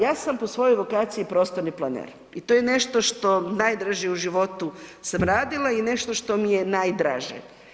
Ja sam po svojoj evokaciji prostorni planer i to je nešto što najdraže u životu sam radila i nešto što mi je najdraže.